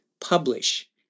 publish